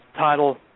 Title